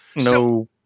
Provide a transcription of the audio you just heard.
no